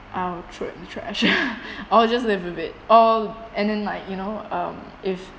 I'll throw it in the trash or just live with it all and then like you know um if